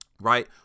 right